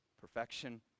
perfection